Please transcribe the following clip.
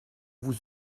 vous